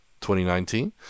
2019